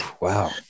Wow